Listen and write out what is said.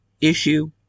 issue